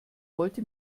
wollte